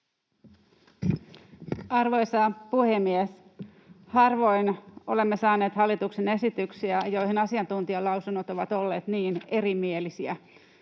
Arvoisa puhemies! Harvoin olemme saaneet hallituksen esityksiä, joihin asiantuntijalausunnot ovat olleet niin erimielisiä.